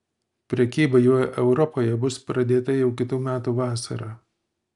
prekyba juo europoje bus pradėta jau kitų metų vasarą